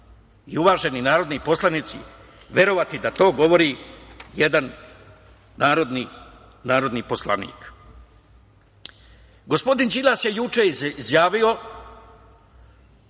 i uvaženi narodni poslanici, verovati da to govori jedan narodni poslanik? Gospodin Đilas je juče izjavio